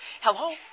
Hello